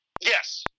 Yes